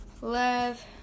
Love